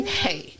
hey